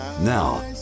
Now